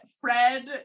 Fred